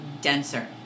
denser